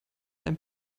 einem